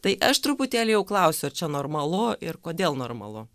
tai aš truputėlį jau klausiu ar čia normalu ir kodėl normalu